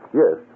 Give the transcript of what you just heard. yes